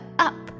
up